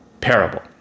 parable